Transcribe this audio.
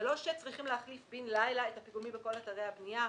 זה לא שצריכים להחליף בן לילה את הפיגומים בכל אתרי הבנייה,